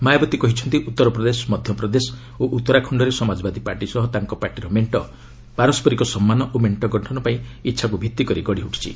ମାୟାବତୀ କହିଛନ୍ତି ଉତ୍ତର ପ୍ରଦେଶ ମଧ୍ୟପ୍ରଦେଶ ଓ ଉତ୍ତରାଖଣ୍ଡରେ ସମାଜବାଦୀ ପାର୍ଟି ସହ ତାଙ୍କ ପାର୍ଟିର ମେଣ୍ଟ ପାରସରିକ ସମ୍ମାନ ଓ ମେଣ୍ଟ ଗଠନ ପାଇଁ ଇଚ୍ଛାକୁ ଭିଭିକରି ଗଢ଼ି ଉଠିଛି